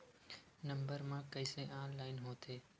Number मा कइसे online होथे?